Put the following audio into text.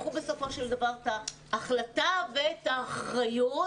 שלקחו בסופו של דבר את ההחלטה ואת האחריות.